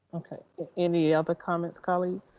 okay any other comments colleagues,